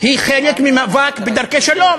היא חלק ממאבק בדרכי שלום,